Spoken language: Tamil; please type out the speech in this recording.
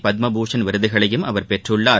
பத்ம பூஷண் விருதுகளையும் அவர் பெற்றுள்ளார்